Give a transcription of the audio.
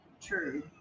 true